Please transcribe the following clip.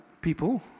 people